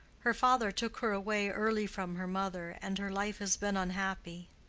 her father took her away early from her mother, and her life has been unhappy.